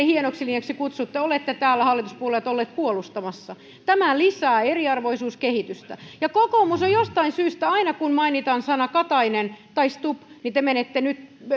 hienoksi linjaksi kutsutte olette täällä hallituspuolueet olleet puolustamassa tämä lisää eriarvoisuuskehitystä ja kokoomus jostain syystä aina kun mainitaan sana katainen tai stubb te menette